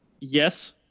Yes